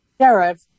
sheriff